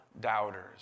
doubters